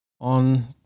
on